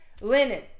linen